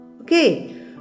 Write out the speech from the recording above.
okay